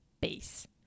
base